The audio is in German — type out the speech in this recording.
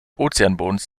ozeanbodens